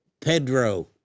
Pedro